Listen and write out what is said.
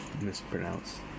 Mispronounced